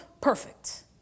perfect